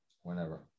Whenever